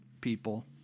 people